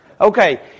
Okay